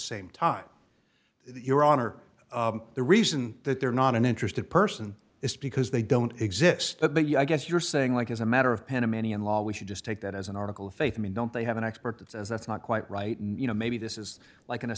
same time your honor the reason that they're not an interested person is because they don't exist but yeah i guess you're saying like as a matter of panamanian law we should just take that as an article of faith i mean don't they have an expert that says that's not quite right and you know maybe this is like in a